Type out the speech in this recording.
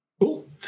Cool